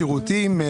שירותים?